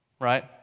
Right